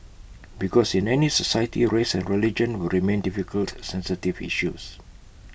because in any society race and religion will remain difficult sensitive issues